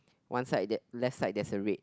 one side that left side there's a red